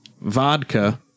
vodka